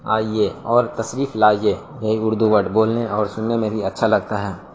آئیے اور تشریف لائیے یہ ہے اردو ورڈ بولنے اور سننے میں بھی اچھا لگتا ہے